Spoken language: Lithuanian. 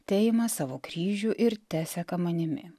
teima savo kryžių ir teseka manimi